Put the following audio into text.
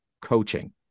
coaching